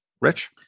Rich